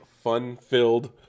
fun-filled